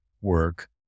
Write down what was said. work